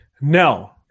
No